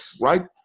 right